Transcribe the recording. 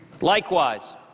Likewise